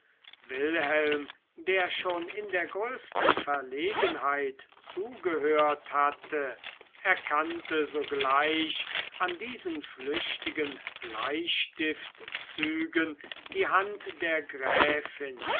wilhelm der schon in der größten verlegenheit zugehört hatte erkannte sogleich an diesen flüchtigen bleistiftzügen die hand der gräfin